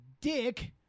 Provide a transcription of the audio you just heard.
Dick